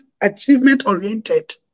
achievement-oriented